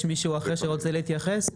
האם יש מישהו אחר שרוצה להתייחס?